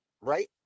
Right